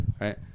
Right